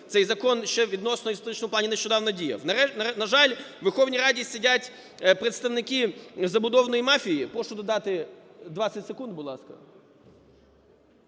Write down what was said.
Цей закон ще відносно в історичному плані нещодавно діяв. На жаль, у Верховній Раді сидять представники забудовної мафії… Прошу додати 20 секунд, будь ласка,